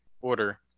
Order